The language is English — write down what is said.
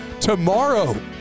tomorrow